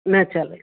न चलति